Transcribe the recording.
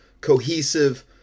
cohesive